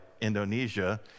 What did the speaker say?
Indonesia